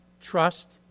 Trust